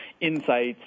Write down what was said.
insights